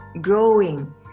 growing